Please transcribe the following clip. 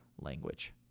language